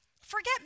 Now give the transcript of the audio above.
Forget